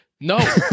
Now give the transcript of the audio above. No